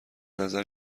نظر